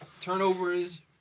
Turnovers